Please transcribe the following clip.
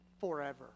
forever